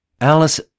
Alice